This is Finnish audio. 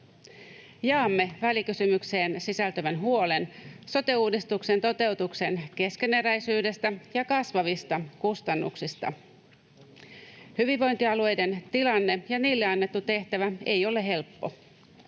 Jaamme välikysymykseen sisältyvän huolen sote-uudistuksen toteutuksen keskeneräisyydestä ja kasvavista kustannuksista. Hyvinvointialueiden tilanne ja niille annettu tehtävä ei ole helppo.